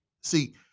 See